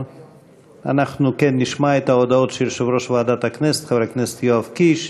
אנחנו נשמע את ההודעות של יושב-ראש ועדת הכנסת חבר הכנסת יואב קיש.